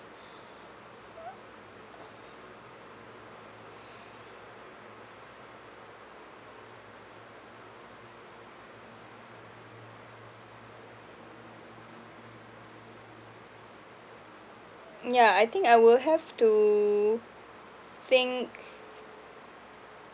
yeah I think I will have to think